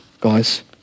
guys